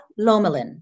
Lomelin